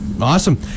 Awesome